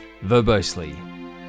verbosely